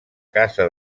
casa